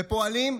בפועלים,